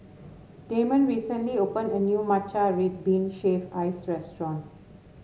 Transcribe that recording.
Damon recently opened a new Matcha Red Bean Shaved Ice restaurant